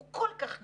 הוא כל כך נמוך.